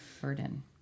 burden